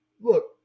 look